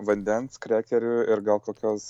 vandens krekerių ir gal kokios